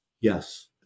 Yes